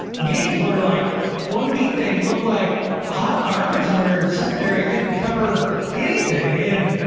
games where like one week they look like hot, garbage and their secondary couldn't cover anything in.